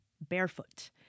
barefoot